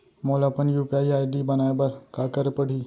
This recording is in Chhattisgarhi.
मोला अपन यू.पी.आई आई.डी बनाए बर का करे पड़ही?